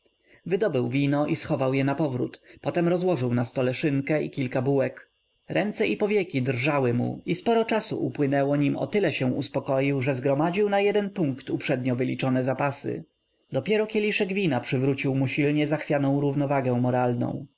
wydobył wino i schował je napowrót potem rozłożył na stole szynkę i kilka bułek ręce i powieki drżały mu i sporo czasu upłynęło nim o tyle się uspokoił że zgromadził na jeden punkt poprzednio wyliczone zapasy dopiero kieliszek wina przywrócił mu silnie zachwianą równowagę moralną